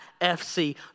FC